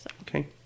Okay